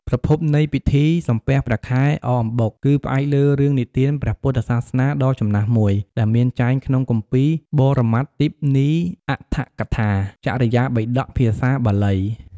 ប្រភពនៃពិធី សំពះព្រះខែ អកអំបុក គឺផ្អែកលើរឿងនិទានព្រះពុទ្ធសាសនាដ៏ចំណាស់មួយ ដែលមានចែងក្នុងគម្ពីរ បរមត្ថទីបនី អដ្ឋកថា ចរិយាបិដក ភាសាបាលី។